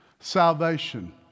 salvation